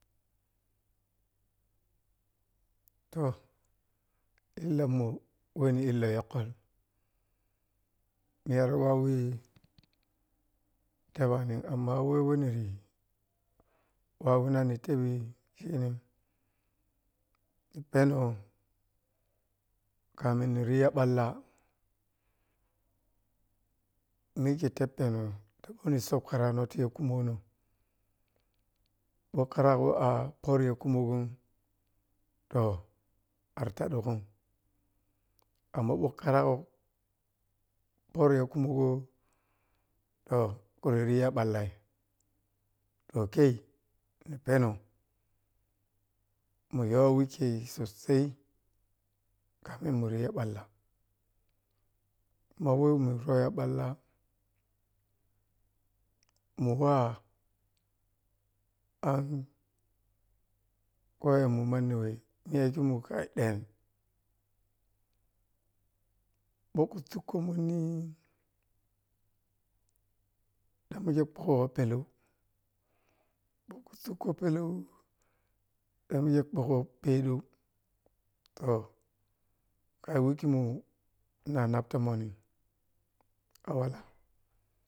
Toh illa mu weni illoh yokhol nyaru wa weh teɓani amma wehwo naraghi wawenan ni tebɓe khinin ni pheno kamin ni riya ɓallo mikhei teppeni ta woni sukhwa rano tiya kumono ɓakkara go pərə khumogon to artaɗogon amma ɓokkaregon pərə ya khumogo to khuriya ɓallai to khei na phenon muyoh wikhei so sai kafin muriya ɓalla, ma weh muroya ɓalla mu wah an koya nu manni weh myokhimu khai ɗeh ɓoksuku munni ɗan mikha peleu ɓoksuku peleu banya ɓuglo pedeu to kha kakmu nana tomon ni a wala.